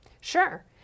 Sure